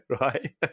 right